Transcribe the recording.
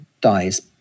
dies